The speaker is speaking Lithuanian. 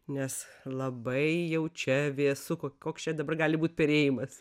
nes labai jau čia vėsu koks čia dabar gali būt perėjimas